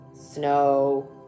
snow